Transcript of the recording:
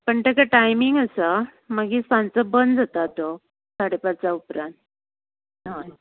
पूण ताका टायमींग आसा मागीर सांचो बंद जाता तो साडेपांचा उपरांत हय